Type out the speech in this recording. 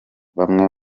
bamwe